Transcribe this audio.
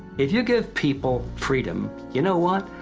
if you give people freedom, you know what?